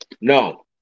No